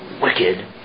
wicked